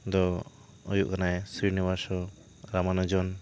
ᱫᱚ ᱦᱩᱭᱩᱜ ᱠᱟᱱᱟᱭ ᱥᱨᱤᱱᱤᱵᱟᱥᱚ ᱨᱟᱢᱟᱱᱚᱡᱚᱱ